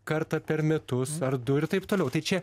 kartą per metus ar du ir t t tai čia